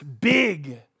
big